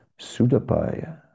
Sudapaya